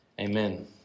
Amen